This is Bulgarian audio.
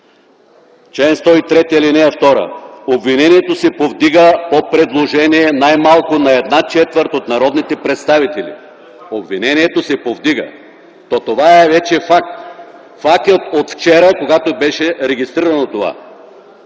„Чл. 103. (2) Обвинението се повдига по предложение най-малко на една четвърт от народните представители...” Обвинението се повдига, то това вече е факт. Факт е от вчера, когато беше регистрирано това.